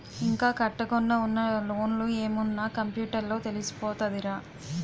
ఇంకా కట్టకుండా ఉన్న లోన్లు ఏమున్న కంప్యూటర్ లో తెలిసిపోతదిరా